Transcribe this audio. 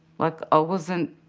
like i wasn't.